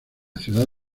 ciudad